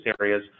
areas